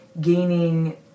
gaining